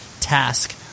task